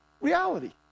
reality